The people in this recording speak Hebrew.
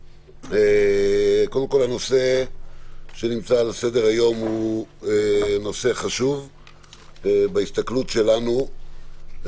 קודם כול הנושא שנמצא על סדר-היום הוא נושא חשוב בהסתכלות שלנו,